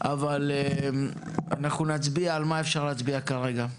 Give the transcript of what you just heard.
על מה אפשר להצביע כרגע?